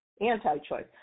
anti-choice